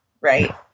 right